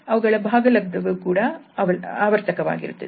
ಅವುಗಳ ಭಾಗಲಬ್ಧ ಕೂಡ ಅವರ್ತಕವಾಗಿರುತ್ತದೆ